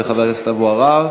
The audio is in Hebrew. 3083 ו-3093,